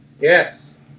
Yes